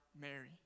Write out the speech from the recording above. Mary